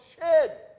shed